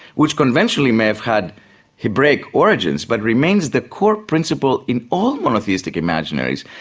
which conventionally may have had hebraic origins but remains the core principle in all monotheistic imaginaries,